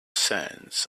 sands